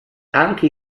anche